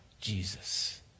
Jesus